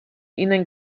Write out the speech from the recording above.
ihnen